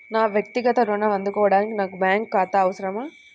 నా వక్తిగత ఋణం అందుకోడానికి నాకు బ్యాంక్ ఖాతా అవసరమా?